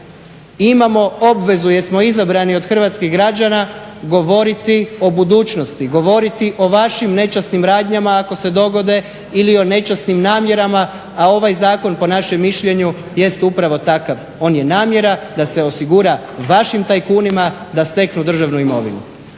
imamo obvezu, jer smo izabrani od hrvatskih građana govoriti o budućnosti, govoriti o vašim nečasnim radnjama ako se dogode ili o nečasnim namjerama, a ovoj zakon po našem mišljenju jest upravo takav. On je namjera da se osigura vašim tajkunima da steknu državnu imovinu.